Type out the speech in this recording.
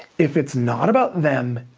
if it's not about them,